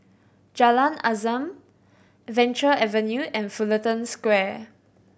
Jalan Azam Venture Avenue and Fullerton Square